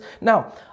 Now